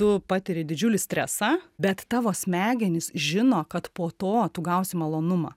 tu patiri didžiulį stresą bet tavo smegenys žino kad po to tu gausi malonumą